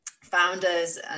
founders